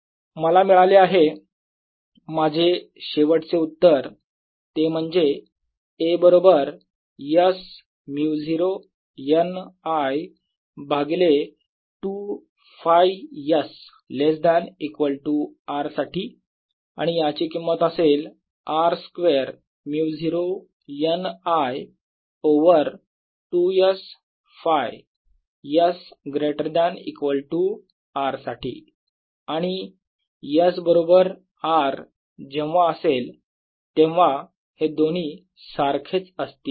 2πsπs2Bπs20nI As0nI2s≤R मला मिळाले आहे माझे शेवटचे उत्तर ते म्हणजे A बरोबर s μ0 n I भागिले 2 Φ s less than equal to R साठी आणि याची किंमत असेल R square μ0 n I over 2 s Φ s greater than equal to R साठी आणि s बरोबर R जेव्हा असेल तेव्हा हे दोन्ही सारखेच असतील